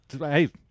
Hey